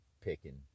picking